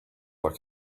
like